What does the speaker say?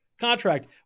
contract